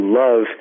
love